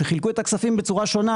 שחילקו את הכספים בצורה שונה,